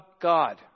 God